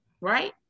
right